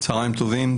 צוהריים טובים,